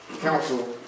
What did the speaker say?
council